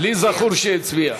לי זכור שהצביע.